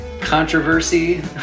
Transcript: controversy